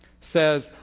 says